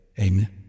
amen